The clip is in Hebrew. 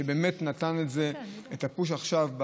שבאמת נתן לזה את הפוש עכשיו,